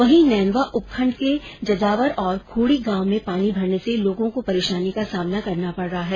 वहीं नैनवा उपखंड के जजावर और खोड़ी गांव में पानी भरने से लोगों को परेशानी का सामना करना पड़ रहा है